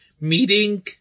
meeting